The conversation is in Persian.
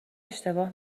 اشتباه